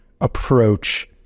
approach